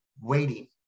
waiting